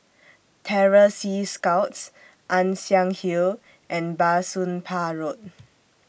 Terror Sea Scouts Ann Siang Hill and Bah Soon Pah Road